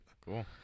cool